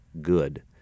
good